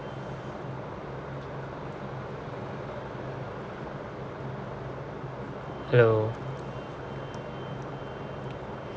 hello